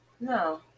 no